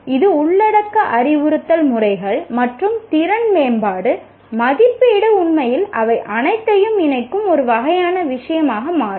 இது உள்ளடக்க அறிவுறுத்தல் முறைகள் மற்றும் திறன் மேம்பாடு மதிப்பீடு உண்மையில் அவை அனைத்தையும் இணைக்கும் ஒரு வகையான விஷயமாக மாறும்